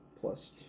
plus